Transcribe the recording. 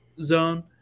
zone